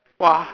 !wah!